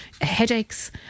headaches